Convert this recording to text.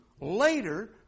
later